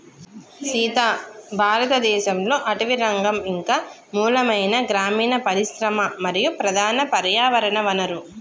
సీత భారతదేసంలో అటవీరంగం ఇంక మూలమైన గ్రామీన పరిశ్రమ మరియు ప్రధాన పర్యావరణ వనరు